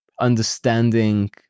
understanding